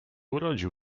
urodził